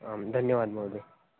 आं धन्यवादः महोदय